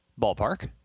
ballpark